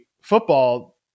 football